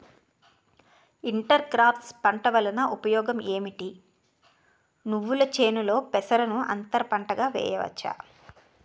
Inter crops పంట వలన ఉపయోగం ఏమిటి? నువ్వుల చేనులో పెసరను అంతర పంటగా వేయవచ్చా?